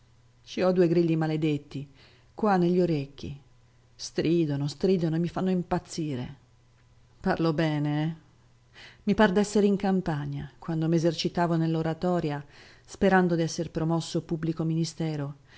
ci ho due grilli maledetti qua negli orecchi stridono stridono e mi fanno impazzire parlo bene i par d'essere in campagna quando m'esercitavo nell'oratoria sperando d'esser promosso pubblico ministero